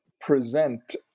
present